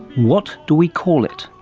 what do we call it?